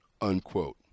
unquote